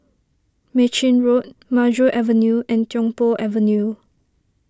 Mei Chin Road Maju Avenue and Tiong Poh Avenue